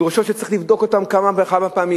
דרישות שצריך לבדוק אותן כמה וכמה פעמים.